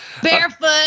Barefoot